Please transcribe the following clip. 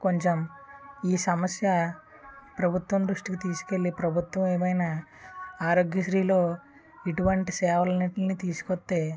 కొంచెం ఈ సమస్య ప్రభుత్వం దృష్టికి తీసుకెళ్లి ప్రభుత్వం ఏమైనా ఆరోగ్యశ్రీలో ఇటువంటి సేవలన్నిట్నీ తీసుకొత్తే